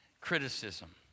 Criticism